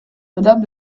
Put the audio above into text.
madame